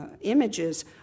images